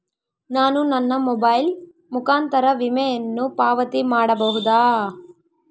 ನಾನು ನನ್ನ ಮೊಬೈಲ್ ಮುಖಾಂತರ ವಿಮೆಯನ್ನು ಪಾವತಿ ಮಾಡಬಹುದಾ?